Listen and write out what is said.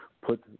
Put